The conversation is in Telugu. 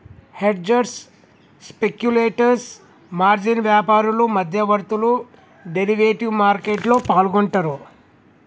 హెడ్జర్స్, స్పెక్యులేటర్స్, మార్జిన్ వ్యాపారులు, మధ్యవర్తులు డెరివేటివ్ మార్కెట్లో పాల్గొంటరు